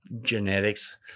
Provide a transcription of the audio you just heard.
genetics